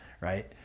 right